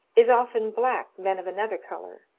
is oftener black than of another colour,